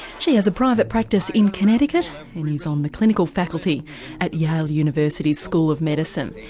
she has a private practice in connecticut and is on the clinical faculty at yale university's school of medicine.